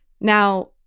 Now